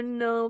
no